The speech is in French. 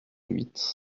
huit